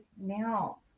now